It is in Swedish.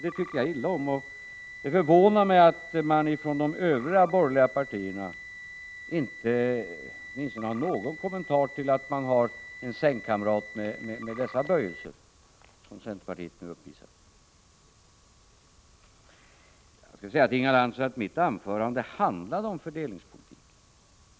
Det tycker jag illa om, och det förvånar mig att man från de övriga borgerliga partierna inte har åtminstone någon kommentar till att man har en sängkamrat med dessa böjelser som centerpartiet nu uppvisar. Jag vill säga till Inga Lantz, att mitt anförande handlade om fördelningspolitik.